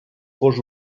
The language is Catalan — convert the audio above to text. cos